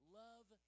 love